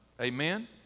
Amen